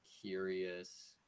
curious